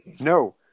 No